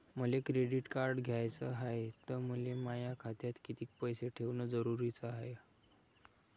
मले credit card घ्याचं हाय, त मले माया खात्यात कितीक पैसे ठेवणं जरुरीच हाय?